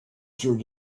through